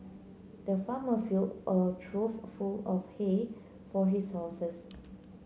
the farmer filled a trough full of hay for his horses